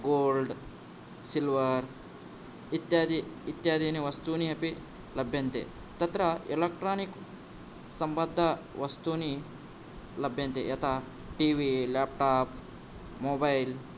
gold silver इत्यादि इत्यादिनी वस्तुनि अपि लभ्यन्ते तत्र इलेक्ट्रानिक् सम्बद्ध वस्तूनि लभ्यन्ते यथा टी वी लेप्टाप् मोबाइल्